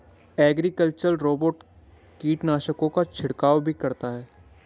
agricultural robot कीटनाशकों का छिड़काव भी करता है